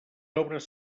obres